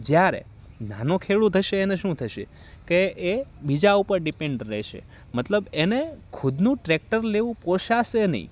જ્યારે નાનો ખેડૂત હશે એને શું થશે કે એ બીજા ઉપર ડીપેન્ડ રહેશે મતલબ એને ખુદનું ટ્રેક્ટર લેવું પોસાશે નહીં